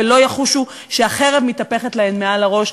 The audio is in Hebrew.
ולא יחושו שהחרב מתהפכת להן מעל הראש.